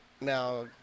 now